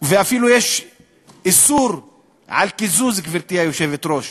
ואפילו יש איסור על קיזוז, גברתי היושבת-ראש.